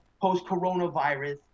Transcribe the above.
post-coronavirus